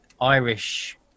Irish